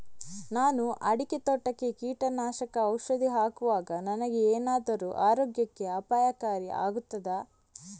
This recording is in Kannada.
ನಾನು ಅಡಿಕೆ ತೋಟಕ್ಕೆ ಕೀಟನಾಶಕ ಔಷಧಿ ಹಾಕುವಾಗ ನನಗೆ ಏನಾದರೂ ಆರೋಗ್ಯಕ್ಕೆ ಅಪಾಯಕಾರಿ ಆಗುತ್ತದಾ?